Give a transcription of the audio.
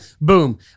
boom